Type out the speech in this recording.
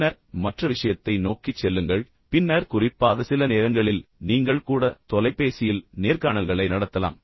பின்னர் மற்ற விஷயத்தை நோக்கிச் செல்லுங்கள் பின்னர் குறிப்பாக சில நேரங்களில் நீங்கள் கூட தொலைபேசியில் நேர்காணல்களை நடத்தலாம்